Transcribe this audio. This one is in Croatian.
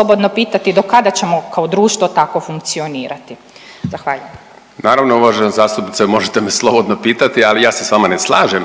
slobodno pitati dokada ćemo kao društvo tako funkcionirati? Zahvaljujem. **Martinović, Juro** Naravno uvažena zastupnice možete me slobodno pitati, ali ja se s vama ne slažem